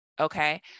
okay